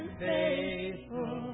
faithful